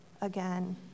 again